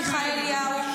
עמיחי אליהו.